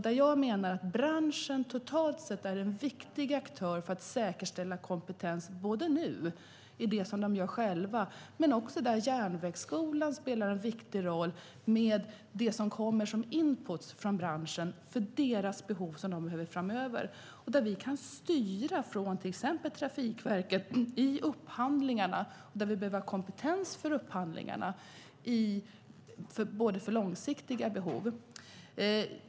Där menar jag att branschen totalt sett är en viktig aktör för att säkerställa kompetens i det som man själv gör och genom den input man tillför Järnvägsskolan när det gäller branschens behov framöver. Från till exempel Trafikverket kan vi styra upphandlingarna, och vi behöver kompetens för upphandlingar för långsiktiga behov.